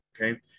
okay